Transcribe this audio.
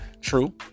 true